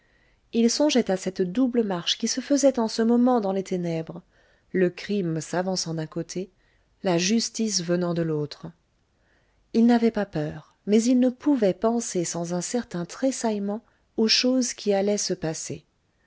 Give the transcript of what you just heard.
il songeait à cette double marche qui se faisait en ce moment dans les ténèbres le crime s'avançant d'un côté la justice venant de l'autre il n'avait pas peur mais il ne pouvait penser sans un certain tressaillement aux choses qui allaient se passer